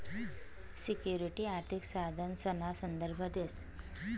security आर्थिक साधनसना संदर्भ देस